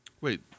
Wait